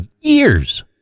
years